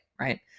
right